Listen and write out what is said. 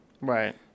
Right